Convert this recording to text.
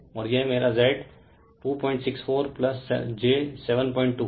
और यह मेरा Z रेफेर टाइम 3549 264j72 है